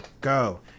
go